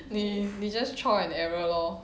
你你 just trial and error lor